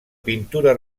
pintura